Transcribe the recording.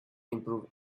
improve